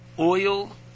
Oil